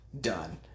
done